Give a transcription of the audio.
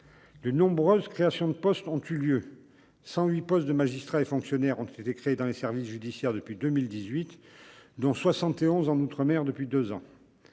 De nombreuses créations de postes ont eu lieu : 108 postes de magistrats et de fonctionnaires ont été créés dans les services judiciaires depuis 2018, dont 71 dans les deux